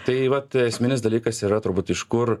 tai vat esminis dalykas ir yra turbūt iš kur